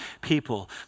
People